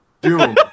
Doom